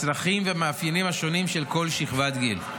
הצרכים והמאפיינים השונים של כל שכבת גיל.